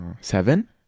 Seven